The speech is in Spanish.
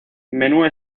menú